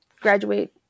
graduate